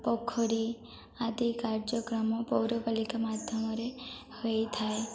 ପୋଖରୀ ଆଦି କାର୍ଯ୍ୟକ୍ରମ ପୌରପାଳିକା ମାଧ୍ୟମରେ ହୋଇଥାଏ